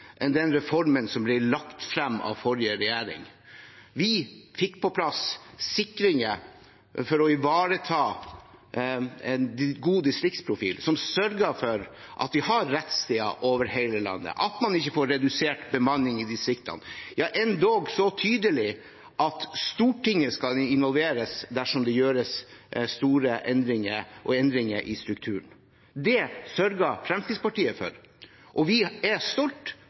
den reformen som ble lagt frem av forrige regjering. Vi fikk på plass sikringer for å ivareta en god distriktsprofil som sørget for at vi har rettssteder over hele landet, og at man ikke får redusert bemanning i distriktene. Den var endog så tydelig at Stortinget skal involveres dersom det gjøres store endringer og endringer i strukturen. Det sørget Fremskrittspartiet for, og vi er stolte